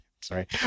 Sorry